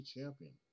champion